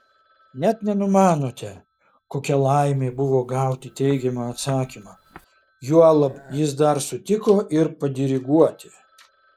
net nenumanote kokia laimė buvo gauti teigiamą atsakymą juolab jis dar sutiko ir padiriguoti